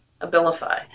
Abilify